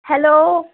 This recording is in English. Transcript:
hello